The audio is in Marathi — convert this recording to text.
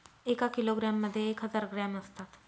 एका किलोग्रॅम मध्ये एक हजार ग्रॅम असतात